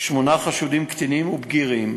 שמונה חשודים קטינים ובגירים.